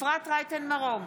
אפרת רייטן מרום,